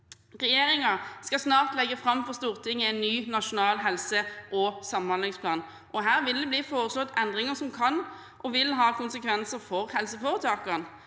Regjeringen skal snart legge fram for Stortinget en ny nasjonal helse- og samhandlingsplan. Her vil det bli foreslått endringer som kan og vil ha konsekvenser for helseforetakene.